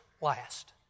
last